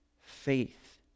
Faith